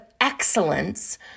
excellence